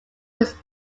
was